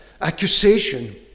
accusation